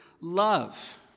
love